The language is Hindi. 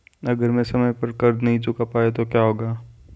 अगर मैं समय पर कर्ज़ नहीं चुका पाया तो क्या होगा?